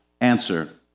answer